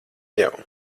jau